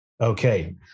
okay